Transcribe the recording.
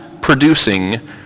producing